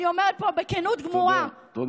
אני אומרת פה בכנות גמורה, תודה.